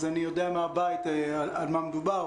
אז אני יודע מהבית על מה מדובר.